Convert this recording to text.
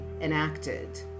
enacted